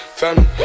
family